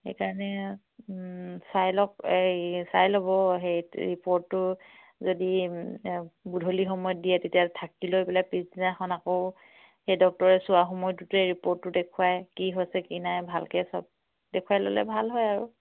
সেইকাৰণে চাই লওক এই চাই ল'ব হেৰি ৰিপৰ্টটো যদি গধূলি সময়ত দিয়ে তেতিয়া থাকি লৈ পেলাই পিছদিনাখন আকৌ সেই ডক্তৰে চোৱা সময়তটোতে ৰিপৰ্টটো দেখুৱাই কি হৈছে কি নাই ভালকৈ চব দেখুৱাই ল'লে ভাল হয় আৰু